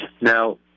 Now